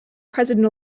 president